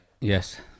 Yes